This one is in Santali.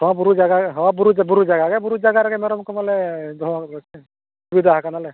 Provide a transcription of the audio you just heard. ᱦᱮᱸ ᱵᱩᱨᱩ ᱡᱟᱭᱜᱟ ᱦᱮᱸ ᱵᱩᱨᱩ ᱵᱩᱨᱩ ᱡᱟᱭᱜᱟ ᱜᱮ ᱵᱩᱨᱩ ᱡᱟᱭᱜᱟ ᱨᱮᱜᱮ ᱢᱮᱨᱚᱢ ᱠᱚ ᱢᱟᱞᱮ ᱫᱚᱦᱚ ᱟᱠᱟᱫ ᱠᱚᱣᱟ ᱥᱮ ᱥᱩᱵᱤᱫᱷᱟ ᱠᱟᱱᱟᱞᱮ